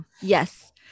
Yes